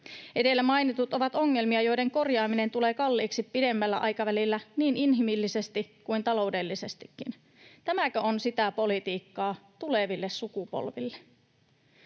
Edellä mainitut ovat ongelmia, joiden korjaaminen tulee kalliiksi pidemmällä aikavälillä niin inhimillisesti kuin taloudellisestikin. Tämäkö on sitä politiikkaa tuleville sukupolville?